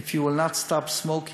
שחורות, If you would not stop smoking,